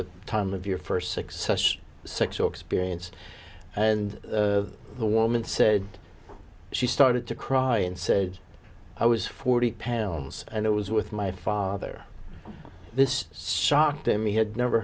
the time of your first success sexual experience and the woman said she started to cry and said i was forty pounds and it was with my father this socked him he had never